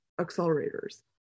accelerators